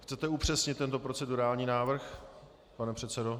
Chcete upřesnit tento procedurální návrh, pane předsedo?